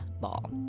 Ball